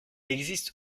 existe